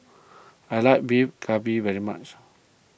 I like Beef Galbi very much